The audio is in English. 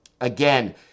again